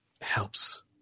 helps